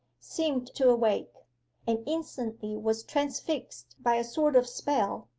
seemed to awake and instantly was transfixed by a sort of spell,